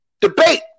debate